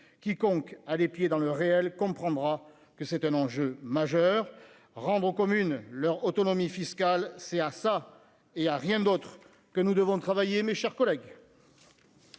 quiconque a les pieds dans le réel, comprendra que c'est un enjeu majeur rendre communes leur autonomie fiscale, c'est à ça et à rien d'autre que nous devons travailler mes chers collègues.